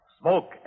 Smoke